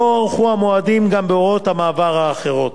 הוארכו המועדים גם בהוראות המעבר האחרות.